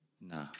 Nah